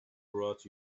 brought